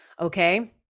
Okay